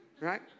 right